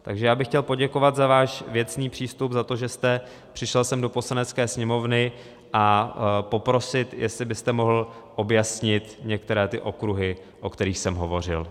Takže bych chtěl poděkovat za váš věcný přístup, za to, že jste přišel sem do Poslanecké sněmovny, a poprosit, jestli byste mohl objasnit některé ty okruhy, o kterých jsem hovořil.